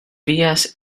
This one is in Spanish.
vías